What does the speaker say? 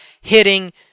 Hitting